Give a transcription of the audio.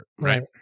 Right